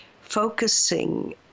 focusing